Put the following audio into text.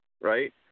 right